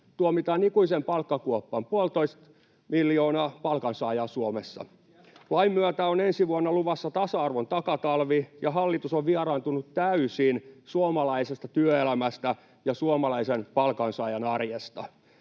Suomessa. [Sheikki Laakso: Ei pidä paikkaansa!] Lain myötä ensi vuonna on luvassa tasa-arvon takatalvi, ja hallitus on vieraantunut täysin suomalaisesta työelämästä ja suomalaisen palkansaajan arjesta.